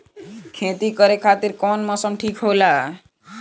खेती करे खातिर कौन मौसम ठीक होला?